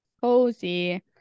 cozy